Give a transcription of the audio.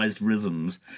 rhythms